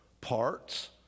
parts